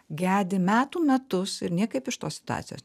gedi metų metus ir niekaip iš tos situacijos